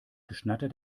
geschnatter